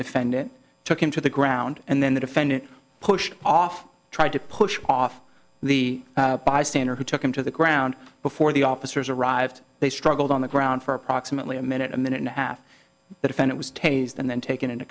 defendant took him to the ground and then the defendant pushed off tried to push off the bystander who took him to the ground before the officers arrived they struggled on the ground for approximately a minute a minute and a half that if it was tasered and then taken into